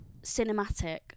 cinematic